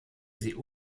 sie